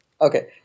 Okay